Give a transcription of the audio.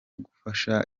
gufasha